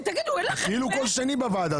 היא כאילו קול שני בוועדה הזאת.